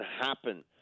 happen